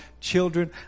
children